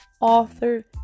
author